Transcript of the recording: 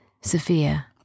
Sophia